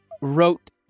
wrote